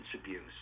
abuse